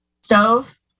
stove